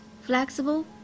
flexible